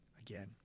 again